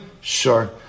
Sure